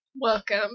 Welcome